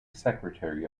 secretary